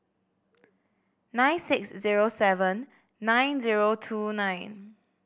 nine six zero seven nine zero two nine